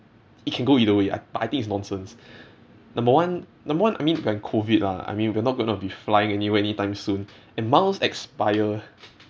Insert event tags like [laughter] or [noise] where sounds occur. it can go either way I but I think it's nonsense [breath] number one number one I mean like COVID lah I mean we're not going to be flying anywhere anytime soon and miles expire